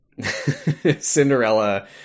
cinderella